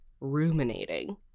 ruminating